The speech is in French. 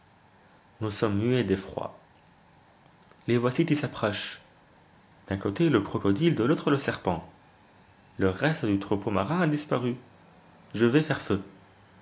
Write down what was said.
nous sommes muets d'effroi les voici qui s'approchent d'un côté le crocodile de l'autre le serpent le reste du troupeau marin a disparu je vais faire feu